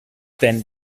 then